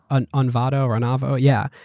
and onvado or anavo, yeah,